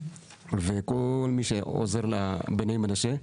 וכל מי שעוזר לבני מנשה,